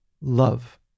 love